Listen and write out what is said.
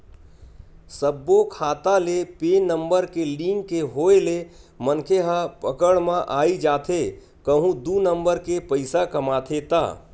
सब्बो खाता ले पेन नंबर के लिंक के होय ले मनखे ह पकड़ म आई जाथे कहूं दू नंबर के पइसा कमाथे ता